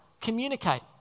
communicate